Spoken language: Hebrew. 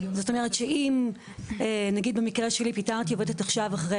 זאת אומרת שאם נגיד במקרה שלי פיטרתי עובדת עכשיו אחרי,